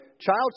child